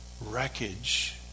wreckage